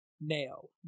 Nail